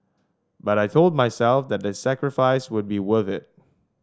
but I told myself that the sacrifice would be worth it